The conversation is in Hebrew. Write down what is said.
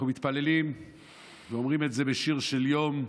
אנחנו מתפללים ואומרים את זה בשיר של יום,